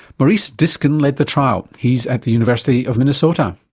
maurice dysken led the trial. he's at the university of minnesota.